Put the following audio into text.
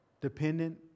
dependent